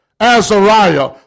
Azariah